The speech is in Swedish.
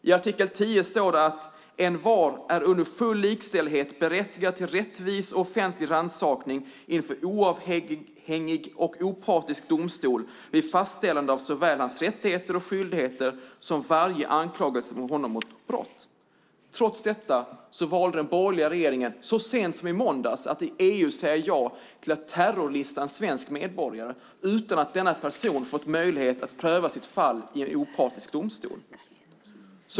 I artikel 10 står det att "envar är under full likställighet berättigad till rättvis och offentlig rannsakning inför oavhängig och opartisk domstol vid fastställandet av såväl hans rättigheter och skyldigheter som varje anklagelse mot honom för brott". Trots detta valde den borgerliga regeringen så sent som i måndags att i EU säga ja till att terrorlista en svensk medborgare utan att denna person fått möjlighet att pröva sitt fall i en opartisk domstol.